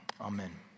amen